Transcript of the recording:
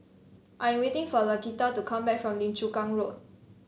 I am waiting for Laquita to come back from Lim Chu Kang Road